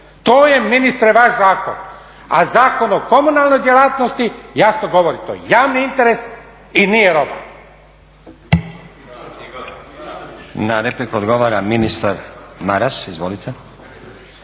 To je ministre vaš zakon. A Zakon o komunalnoj djelatnosti jasno govori to je javni interes i nije roba. **Stazić, Nenad (SDP)** Na repliku odgovara ministar Maras. Izvolite.